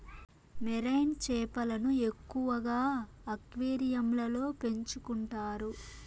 marine చేపలను ఎక్కువగా అక్వేరియంలలో పెంచుకుంటారు